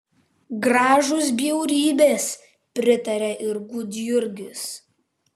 gražūs bjaurybės pritarė ir gudjurgis